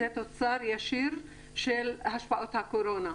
זה תוצר ישיר של השפעות הקורונה.